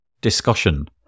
discussion